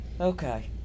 Okay